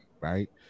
right